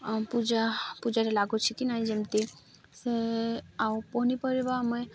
ପୂଜା ପୂଜାରେ ଲାଗୁଛି କି ନାହିଁ ଯେମିତି ସେ ଆଉ ପନିପରିବା ଆମେ